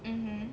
mmhmm